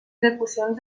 execucions